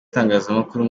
itangazamakuru